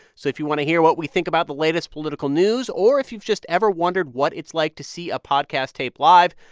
so if you want to hear what we think about the latest latest political news or if you've just ever wondered what it's like to see a podcast taped live,